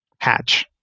Hatch